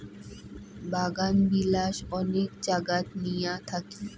বাগানবিলাস অনেক জাগাত নিয়া থাকি